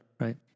right